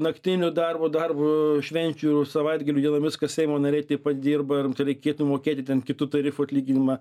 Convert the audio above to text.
naktiniu darbu darbu švenčių ir savaitgalių dienomis kas seimo nariai taip pat dirba reikėtų mokėti ten kitu tarifu atlyginimą